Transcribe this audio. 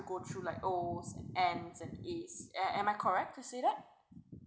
go through like o's n's and a's a~ am I correct to say that